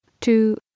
two